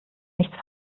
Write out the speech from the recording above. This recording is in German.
nichts